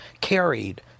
carried